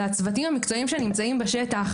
לצוותים המקצועיים שנמצאים בשטח,